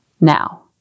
Now